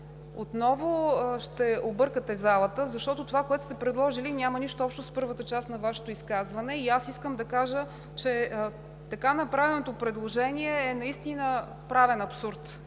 Отново ще объркате залата, защото това, което сте предложили, няма нищо общо с първата част на Вашето изказване. И искам да кажа, че така направеното предложение е наистина правен абсурд.